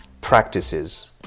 practices